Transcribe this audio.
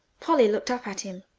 polly looked up at him.